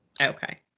Okay